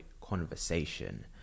conversation